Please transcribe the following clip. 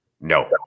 No